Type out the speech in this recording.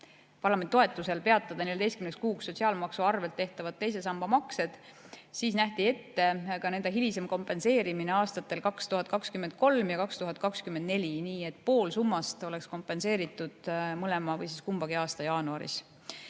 parlamendi toetusel peatada 14 kuuks sotsiaalmaksu arvel tehtavad teise samba maksed, siis nähti ette ka nende hilisem kompenseerimine aastatel 2023 ja 2024, nii et pool summast oleks kompenseeritud mõlema aasta jaanuaris.